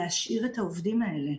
להשאיר את העובדים האלה.